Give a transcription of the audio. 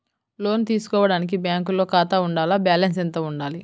లోను తీసుకోవడానికి బ్యాంకులో ఖాతా ఉండాల? బాలన్స్ ఎంత వుండాలి?